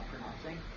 pronouncing